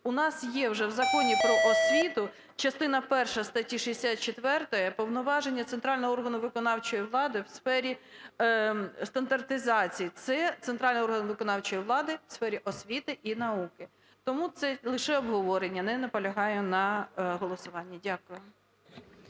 у нас є в Законі "Про освіту" частина перша статті 64 повноваження центрального органу виконавчої влади у сфері стандартизації. Це центральний орган виконавчої влади в сфері освіти і науки. Тому це лише обговорення. Не наполягаю на голосуванні. Дякую.